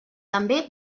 també